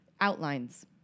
outlines